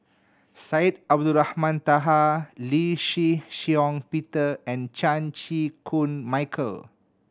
Syed Abdulrahman Taha Lee Shih Shiong Peter and Chan Chew Koon Michael